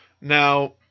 Now